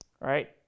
right